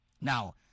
Now